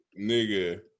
Nigga